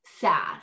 sad